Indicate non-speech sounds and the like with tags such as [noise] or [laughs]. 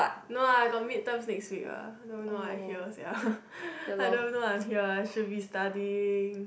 no lah I got mid terms next week ah don't know why I here sia [laughs] I don't know why I'm here should be studying